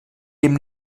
neben